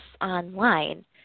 online